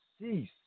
cease